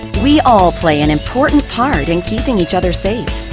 we all play an important part in keeping each other safe.